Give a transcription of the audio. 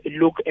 look